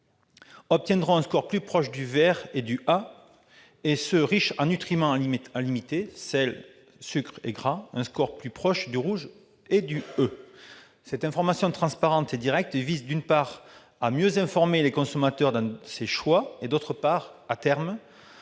obtiendront un score plus proche du vert et du A, et ceux qui sont riches en nutriments à limiter- sel, sucres et gras -un score plus proche du rouge et du E. Cette information transparente et directe vise, d'une part, à mieux informer le consommateur dans ses choix et, d'autre part, à terme,